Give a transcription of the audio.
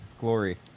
Glory